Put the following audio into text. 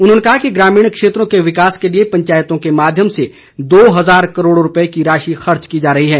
उन्होंने कहा कि ग्रामीण क्षेत्रों के विकास के लिए पंचायतों के माध्यम से दो हजार करोड़ रूपए की राशि खर्च की जा रही है